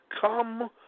Come